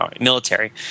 military